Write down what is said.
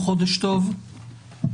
חודש טוב,